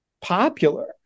popular